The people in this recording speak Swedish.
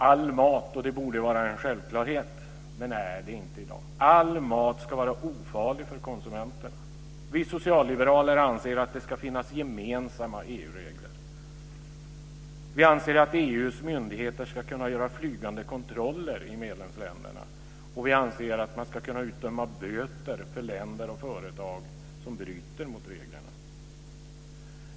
All mat - och det borde vara en självklarhet i dag, men är det inte - ska vara ofarlig för konsumenterna. Vi socialliberaler anser att det ska finnas gemensamma EU-regler. Vi anser att EU:s myndigheter ska kunna göra flygande kontroller i medlemsländerna. Vi anser att man ska kunna utdöma böter för länder och företag som bryter mot reglerna.